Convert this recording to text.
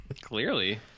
clearly